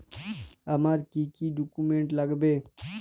আমার কি কি ডকুমেন্ট লাগবে?